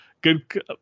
good